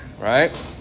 Right